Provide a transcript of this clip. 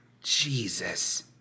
Jesus